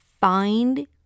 find